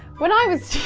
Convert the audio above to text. when i was